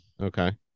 Okay